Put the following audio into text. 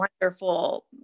wonderful